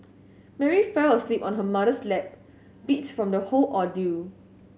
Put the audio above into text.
Mary fell asleep on her mother's lap beat from the whole ordeal